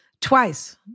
twice